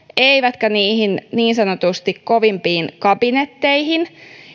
eivätkä niihin niin sanotusti kovimpiin kabinetteihin